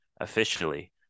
officially